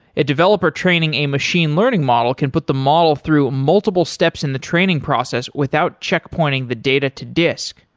a developer training a machine learning model can put the model through multiple steps in the training process without checkpointing the data to disk